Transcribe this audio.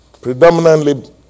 Predominantly